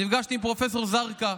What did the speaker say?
ונפגשתי עם פרופ' זרקא,